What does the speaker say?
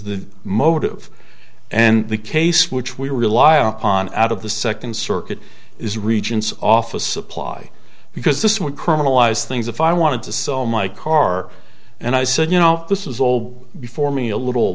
the motive and the case which we rely upon out of the second circuit is regents office supply because this would criminalize things if i wanted to sell my car and i said you know this is all before me a little